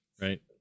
Right